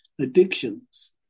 addictions